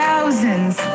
Thousands